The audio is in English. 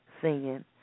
singing